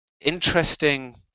interesting